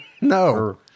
no